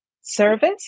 service